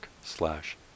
slash